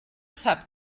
sap